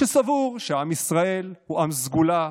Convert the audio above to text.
שסבור שעם ישראל הוא עם סגולה,